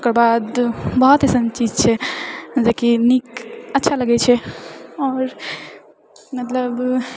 ओकरबाद बहुत अइसन चीज छै जेकी नीक अच्छा लगै छै आओर मतलब